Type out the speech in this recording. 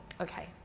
Okay